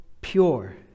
pure